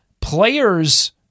players –